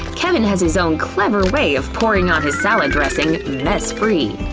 kevin has his own clever way of pouring on his salad dressing, mess-free.